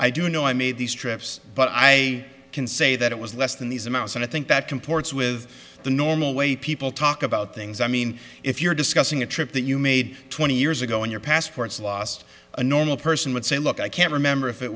i do know i made these trips but i can say that it was less than these amounts and i think that comports with the normal way people talk about things i mean if you're discussing a trip that you made twenty years ago in your passports last a normal person would say look i can't remember if it